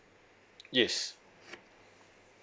yes